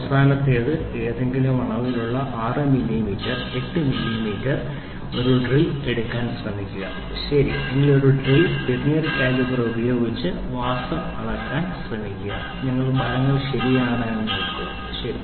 അവസാനത്തേത് ഏതെങ്കിലും അളവിലുള്ള 6 മില്ലിമീറ്റർ 8 മില്ലിമീറ്റർ ഒരു ഡ്രിൽ എടുക്കാൻ ശ്രമിക്കുക ശരി ഏതെങ്കിലും ഡ്രിൽ ഒരു വെർനിയർ കാലിപ്പർ ഉപയോഗിച്ച് വ്യാസം അളക്കാൻ ശ്രമിക്കുക നിങ്ങൾക്ക് ഫലങ്ങൾ ശരിയാണോ എന്ന് നോക്കുക ശരി